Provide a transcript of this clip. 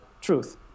truth